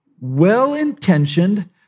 well-intentioned